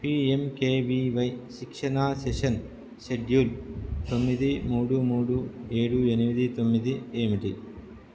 PMKVY శిక్షణా session schedule తొమ్మిది మూడు మూడు ఏడు ఎనిమిది తొమ్మిది ఏమిటి